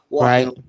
Right